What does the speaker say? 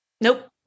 nope